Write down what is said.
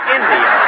India